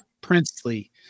Princely